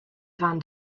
van